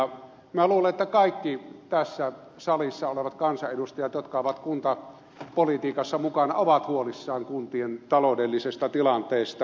minä luulen että kaikki tässä salissa olevat kansanedustajat jotka ovat kuntapolitiikassa mukana ovat huolissaan kun tien taloudellisesta tilanteesta